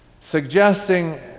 suggesting